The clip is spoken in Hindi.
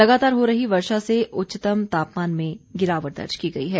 लगातार हो रही वर्षा से उच्चतम तापमान में गिरावट दर्ज की गई है